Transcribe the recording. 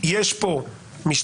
יש פה משטרה,